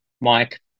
Mike